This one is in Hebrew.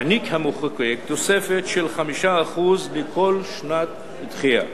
העניק המחוקק תוספת של 5% על כל שנת דחייה,